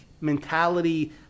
mentality